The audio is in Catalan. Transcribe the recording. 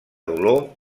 dolor